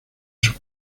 sus